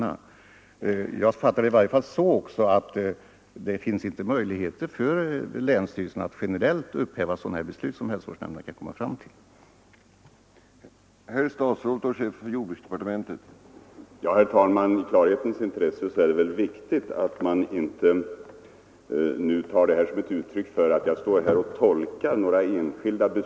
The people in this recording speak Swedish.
Såvitt jag förstår skall det heller inte finnas möjlighet för länsstyrelse att generellt upphäva de beslut som en hälsovårdsnämnd i det här sistnämnda avseendet fattar.